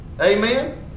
Amen